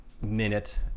minute